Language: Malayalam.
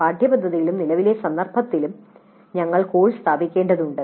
പാഠ്യപദ്ധതിയിലും നിലവിലെ സന്ദർഭത്തിലും ഞങ്ങൾ കോഴ്സ് സ്ഥാപിക്കേണ്ടതുണ്ട്